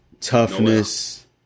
toughness